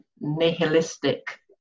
nihilistic